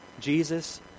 Jesus